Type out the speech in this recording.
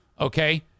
Okay